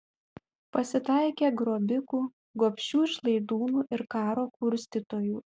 pasitaikė grobikų gobšių išlaidūnų ir karo kurstytojų